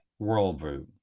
worldview